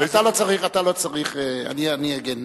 אתה לא צריך, אני אגן.